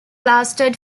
lasted